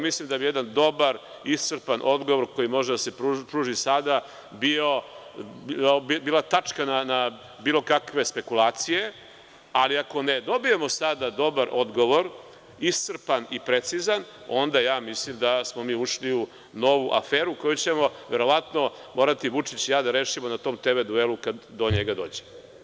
Mislim da bi jedan dobar, iscrpan odgovor, koji može da se pruži sada, bila tačka na bilo kakve spekulacije, ali ako ne dobijemo sada dobar odgovor, iscrpan i precizan, onda ja mislim da smo mi ušli u novu aferu koju ćemo verovatno morati Vučić i ja da rešimo na tom TV duelu kad do njega dođe.